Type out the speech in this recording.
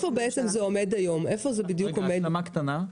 השלמה קטנה.